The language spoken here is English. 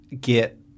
get